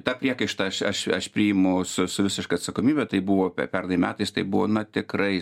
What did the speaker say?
tą priekaištą aš aš aš priimu su su visiška atsakomybe tai buvo pernai metais tai buvo na tikrai